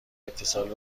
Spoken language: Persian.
اتصال